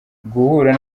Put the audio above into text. guhura